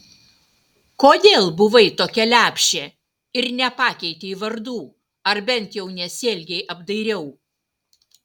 kodėl buvai tokia lepšė ir nepakeitei vardų ar bent jau nesielgei apdairiau